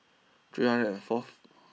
three hundred and forth